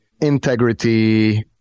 integrity